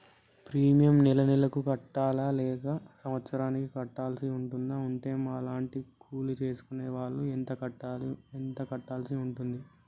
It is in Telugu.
ప్రీమియం నెల నెలకు కట్టాలా లేక సంవత్సరానికి కట్టాల్సి ఉంటదా? ఉంటే మా లాంటి కూలి చేసుకునే వాళ్లు ఎంత కట్టాల్సి ఉంటది?